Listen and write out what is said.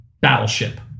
Battleship